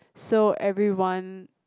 so everyone